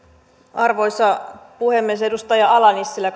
arvoisa puhemies edustaja ala nissilä